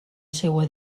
seua